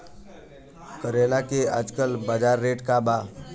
करेला के आजकल बजार रेट का बा?